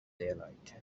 daylight